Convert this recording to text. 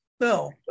no